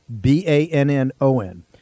B-A-N-N-O-N